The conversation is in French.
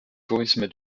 tourisme